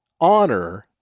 honor